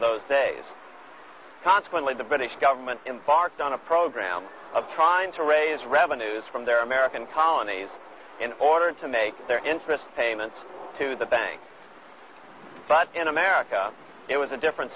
those days consequently the british government embarks on a program of trying to raise revenues from their american colonies in order to make their interest payments to the banks but in america it was a different